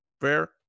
Fair